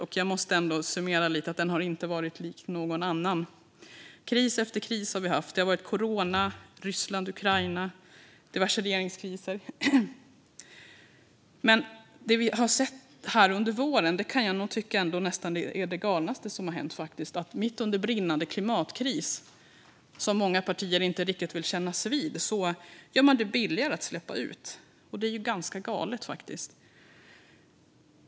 För att summera lite har den inte varit lik någon annan. Kris efter kris har vi haft - det har varit corona, Ryssland-Ukraina och diverse regeringskriser. Men det vi sett under våren tycker jag nästan är det galnaste som hänt. Mitt under brinnande klimatkris, som många partier inte riktigt vill kännas vid, gör man det billigare att släppa ut. Det är faktiskt ganska galet.